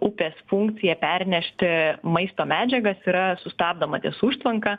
upės funkcija pernešti maisto medžiagas yra sustabdoma ties užtvanka